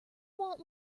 want